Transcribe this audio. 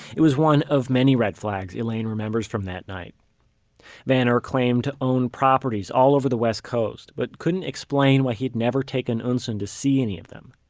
it was one of many red flags elaine remembers from that night vanner claimed to own properties all over the west coast, but couldn't explain why he had never taken eunsoon to see any of them.